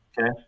Okay